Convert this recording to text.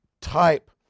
type